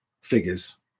figures